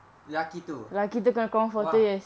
lelaki tu !wah!